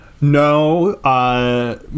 No